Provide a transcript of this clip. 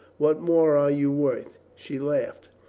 what more are you worth? she laughed.